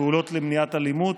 בפעולות למניעת אלימות,